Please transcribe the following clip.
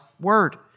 Word